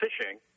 fishing